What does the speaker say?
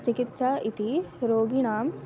चिकित्सा इति रोगिणां